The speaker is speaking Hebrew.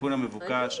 התיקון המבוקש